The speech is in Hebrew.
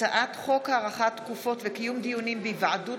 הצעת חוק הארכת תקופות וקיום דיונים בהיוועדות